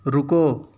رکو